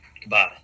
Goodbye